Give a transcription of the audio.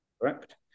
Correct